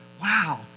wow